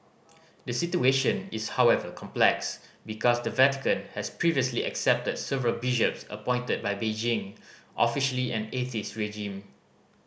the situation is however complex because the Vatican has previously accepted several bishops appointed by Beijing officially an atheist regime